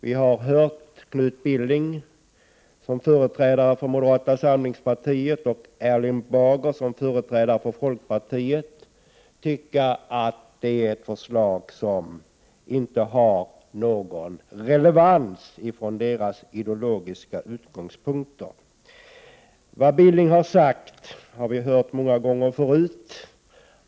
Vi har hört Knut Billing som företrädare för moderata samlingspartiet och Erling Bager som företrädare för folkpartiet säga att förslaget inte har någon relevans med utgångspunkt i deras ideologi. Vad Knut Billing sade har vi hört många gånger förr.